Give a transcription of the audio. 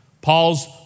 Paul's